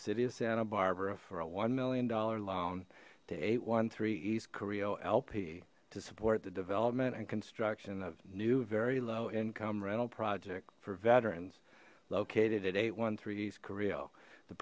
city of santa barbara for a one million dollar loan to eight one three east carrillo lp to support the development and construction of new very low income rental project for veterans located at eight one three east